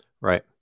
Right